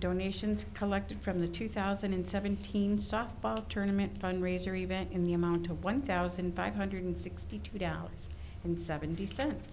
donations collected from the two thousand and seventeen softball tournament fundraiser event in the amount of one thousand five hundred sixty two dollars and seventy cents